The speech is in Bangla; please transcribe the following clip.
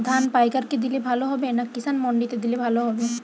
ধান পাইকার কে দিলে ভালো হবে না কিষান মন্ডিতে দিলে ভালো হবে?